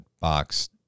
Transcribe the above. box